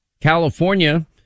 California